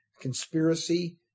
conspiracy